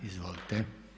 Izvolite.